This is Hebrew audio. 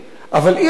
אבל אי-אפשר,